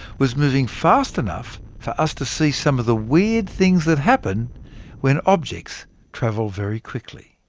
was moving fast enough for us to see some of the weird things that happen when objects travel very quickly.